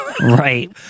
Right